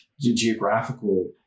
geographical